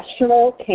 National